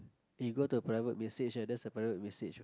you go to a private message right there's a private message